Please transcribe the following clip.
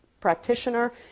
practitioner